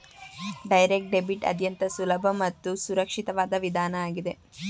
direct debit ಅತ್ಯಂತ ಸುಲಭ ಮತ್ತು ಸುರಕ್ಷಿತವಾದ ವಿಧಾನ ಆಗಿದೆ